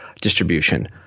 distribution